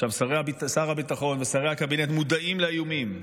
שר הביטחון ושרי הקבינט מודעים לאיומים,